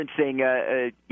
referencing